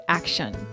action